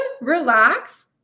relax